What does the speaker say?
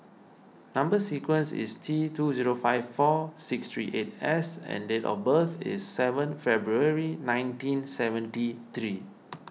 Number Sequence is T two zero five four six three eight S and date of birth is seven February nineteen seventy three